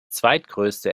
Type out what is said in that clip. zweitgrößte